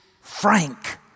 Frank